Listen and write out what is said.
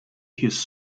his